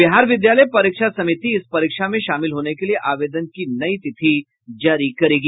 बिहार विद्यालय परीक्षा समिति इस परीक्षा में शामिल होने के लिये आवेदन की नई तिथि जारी करेगा